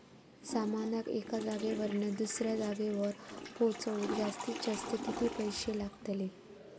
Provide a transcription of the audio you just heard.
सामानाक एका जागेवरना दुसऱ्या जागेवर पोचवूक जास्तीत जास्त किती पैशे लागतले?